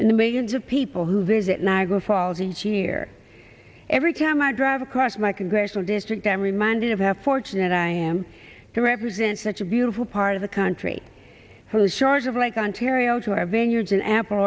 in the millions of people who visit niagara falls each year every time i drive across my congressional district i am reminded of a fortunate i am to represent such a beautiful part of the country who shores of lake ontario to our vineyards and apple